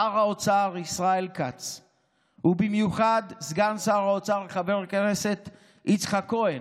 שר האוצר ישראל כץ ובמיוחד סגן שר האוצר חבר הכנסת יצחק כהן,